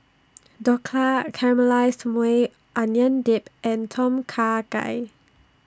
Dhokla Caramelized Maui Onion Dip and Tom Kha Gai